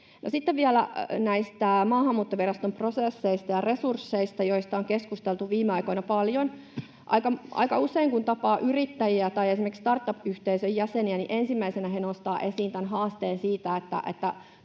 sitten vielä näistä Maahanmuuttoviraston prosesseista ja resursseista, joista on keskusteltu viime aikoina paljon. Aika usein, kun tapaa yrittäjiä tai esimerkiksi startup-yhteisön jäseniä, ensimmäisenä he nostavat esiin haasteen siitä, että